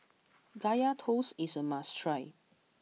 Kaya Toast is a must try